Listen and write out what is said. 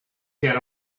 get